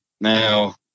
Now